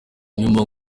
nyuma